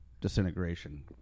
Disintegration